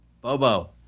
Bobo